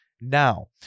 now